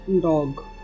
dog